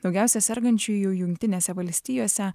daugiausia sergančiųjų jungtinėse valstijose